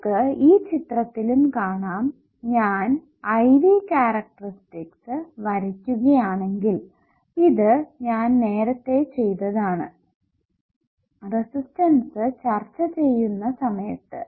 നമുക്ക് ഈ ചിത്രത്തിലും കാണാം ഞാൻ I V കാരക്ടറിസ്റ്റിക്സ് വരയ്ക്കുക ആണെങ്കിൽ ഇത് ഞാൻ നേരത്തെ ചെയ്തതാണ് റെസിസ്റ്റൻസ് ചർച്ച ചെയ്യുന്ന സമയത്തു